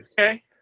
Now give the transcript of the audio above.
Okay